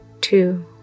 two